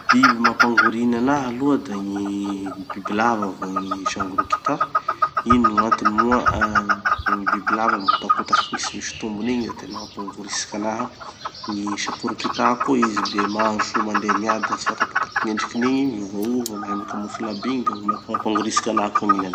Biby mampangorina anaha aloha da gny bibilava vô gny sangorikita. Ino gn'antony moa, ah gny bibilava mihotakotaky igny tsy misy tombony igny da tena mampangoritsiky anaha. Gny sakorikita koa, izy be maso, mandeha miada, tsy fatapatako gn'endrikiny igny, miovaova, mahay mikamofla aby igny, da vomaiky mampangoritsiky anaha koa gn'ilany.